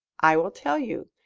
i will tell you.